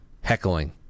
heckling